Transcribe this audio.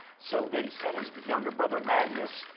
so they sent his but younger brother, magnus,